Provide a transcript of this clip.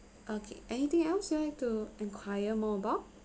okay anything else you'd like to enquire more about